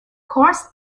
course